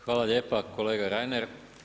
Hvala lijepa kolega Reiner.